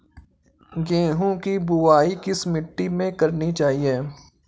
गेहूँ की बुवाई किस मिट्टी में करनी चाहिए?